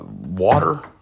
water